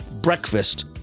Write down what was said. breakfast